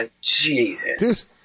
Jesus